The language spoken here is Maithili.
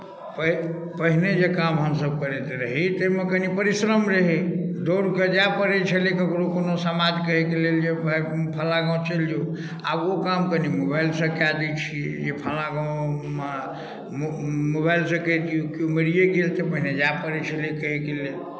पैघ पहिने जे काम हमसभ करैत रही ताहिमे कनि परिश्रम रहै दौड़ कऽ जाय पड़ै छलै ककरो कोनो समाद कहैके लेल जे भाय फल्लाँ गाम चलि जो आब ओ काम कनि मोबाइलसँ कए दै छियै जे फल्लाँ गाम मो मोबाइलसँ कहि दियौ किओ मरिए गेल तऽ मने जाय पड़ै छलै कहैके लेल